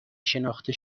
شناخته